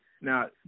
Now